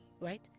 right